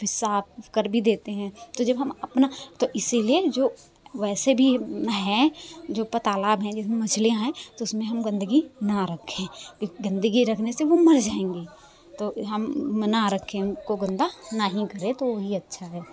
कि साफ कर भी देते हैं तो जब हम अपना तो इसीलिए जो वैसे भी हैं जो ऊपर तालाब हैं जिसमें मछलियां हैं तो उसमें हम गंदगी ना रखें कि गंदगी रखने से वो मर जाएँगी तो हम न रखे उनको गंदा ना ही करें तो वो ही अच्छा है